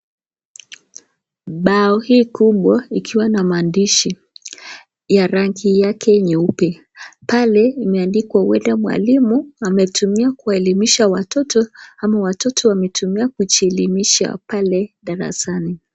Bao hii kubwa ikiwa na maandishi ya rangi yake nyeupe. Pale imeandikwa huenda mwalimu ametumia kuwaelimisha watoto ama watoto wametumia kujielimisha pale darasani.